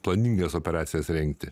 planingas operacijas rengti